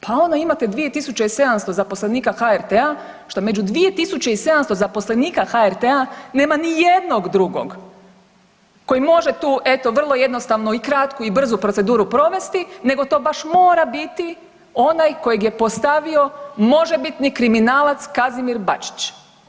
Pa onda imate 2.700 zaposlenika HRT-a, što među 2.700 zaposlenika HRT-a nema ni jednog drugog koji može tu eto vrlo jednostavno i kratku i brzu proceduru provesti nego to baš mora biti onaj kojeg je postavio možebitni kriminalac Kazimir Bačić.